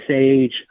age